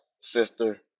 sister